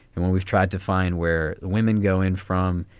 and when we've tried to find where women go in from,